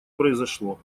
произошло